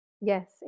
Yes